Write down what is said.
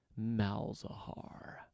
Malzahar